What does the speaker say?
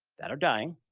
that are dying,